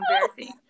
embarrassing